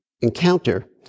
encounter